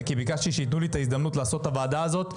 היא מכיוון שביקשתי שייתנו לי הזדמנות לקיים את הוועדה הזאת,